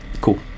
cool